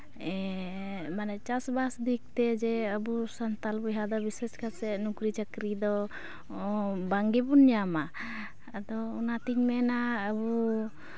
ᱢᱟᱱᱮ ᱪᱟᱥᱵᱟᱥ ᱫᱤᱠ ᱛᱮ ᱡᱮ ᱟᱵᱚ ᱥᱟᱱᱛᱟᱲ ᱵᱚᱭᱦᱟ ᱫᱚ ᱵᱤᱥᱮᱥ ᱠᱟᱛᱮᱫ ᱱᱩᱠᱨᱤᱼᱪᱟᱠᱨᱤ ᱫᱚ ᱵᱟᱝ ᱜᱮᱵᱚᱱ ᱧᱟᱢᱟ ᱟᱫᱚ ᱚᱱᱟᱛᱤᱧ ᱢᱮᱱᱟ ᱟᱵᱚ